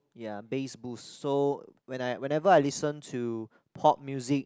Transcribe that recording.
ya base boost so when I whenever I listen to pop music